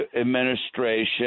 administration